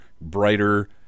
brighter